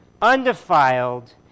undefiled